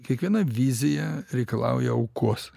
kiekviena vizija reikalauja aukos